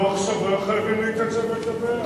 בתוך שבוע חייבים להתייצב ולדווח,